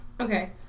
Okay